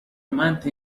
month